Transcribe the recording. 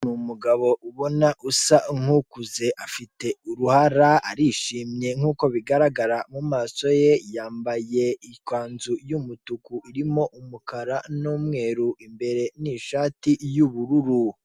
Umugabo ubona usa nkukuze afite uruhara, arishimye nkuko bigaragara mu maso ye, yambaye ikanzu y'umutuku, irimo umukara, n'umweru imbere, n'ishati y'ubururu.